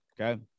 okay